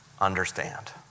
understand